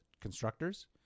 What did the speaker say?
constructors